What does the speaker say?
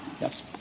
yes